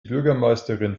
bürgermeisterin